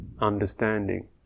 understanding